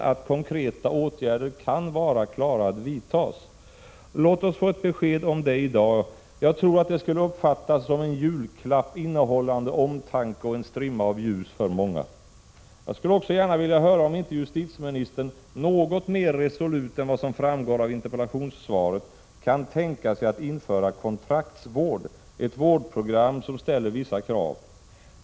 1986/87:49 tern att konkreta åtgärder kan vidtas? 15 december 1986 Låt oss få ett besked om det i dag. Jag tror att det skulle uppfattas som en 7; 4 k 4 ER Om åtgärder för att julklapp, innehållande omtanke och en strimma av ljus för många. SÅ EE Jag skulle också gärna vilja veta om justitieministern något mer resolut än 6 NER utsatts för misshandel vad som framgår av interpellationssvaret kan tänka sig att införa kontraktsvård, ett vårdprogram som ställer vissa krav.